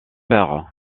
père